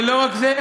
ולא רק זה,